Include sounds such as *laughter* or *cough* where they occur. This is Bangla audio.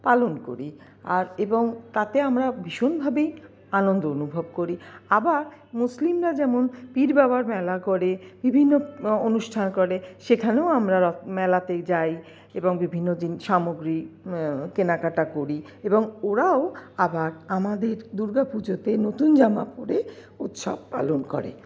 পালন করি আর এবং তাতে আমরা ভীষণ ভাবেই আনন্দ অনুভব করি আবার মুসলিমরা যেমন পীরবাবার মেলা করে বিভিন্ন অনুষ্ঠান করে সেখানেও আমরা মেলাতে যাই এবং বিভিন্ন *unintelligible* সামগ্রী কেনাকাটা করি এবং ওরাও আবার আমাদের দুর্গাপুজোতে নতুন জামা পরে উৎসব পালন করে